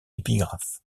épigraphe